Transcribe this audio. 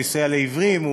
הוא יסייע לעיוורים,